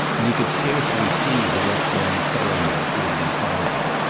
and he could scarcely see the rough-drawn trail map he had been following.